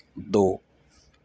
دو